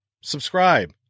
subscribe